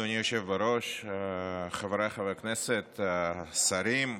אדוני היושב-ראש, חבריי חברי הכנסת, השרים,